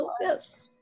yes